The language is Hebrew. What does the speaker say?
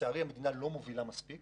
השני